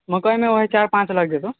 मकइमे वही चारि पाँच लागि जेतौं